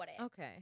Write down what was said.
Okay